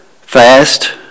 Fast